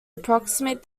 approximate